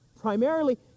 primarily